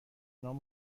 نام